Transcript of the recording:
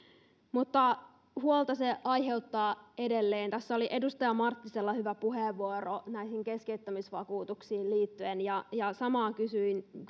mutta huolta se aiheuttaa edelleen tässä oli edustaja marttisella hyvä puheenvuoro näihin keskeyttämisvakuutuksiin liittyen ja ja samaa kysyn